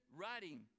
writing